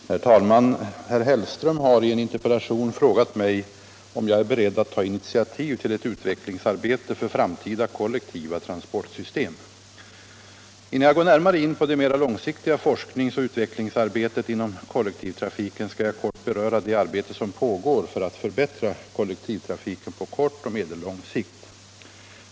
Herr talman! Herr Hellström har i en interpellation frågat mig, om jag är beredd att ta initiativ till ett utvecklingsarbete för framtida kollektiva transportsystem. Innan jag går närmare in på det mera långsiktiga forskningsoch utvecklingsarbetet inom kollektivtrafiken skall jag kort beröra det arbete som pågår för att förbättra kollektivtrafiken på kort och medellång sikt.